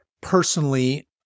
personally